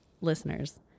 Listeners